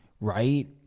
Right